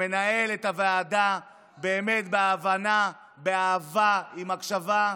שמנהל את הוועדה באמת בהבנה, באהבה ועם הקשבה.